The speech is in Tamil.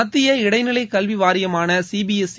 மத்திய இடைநிலைக் கல்வி வாரியமான சிபிஎஸ்இ